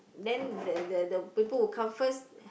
then there there there the people will come first